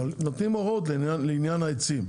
אבל נותנים הוראות לעניין העצים.